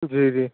جی جی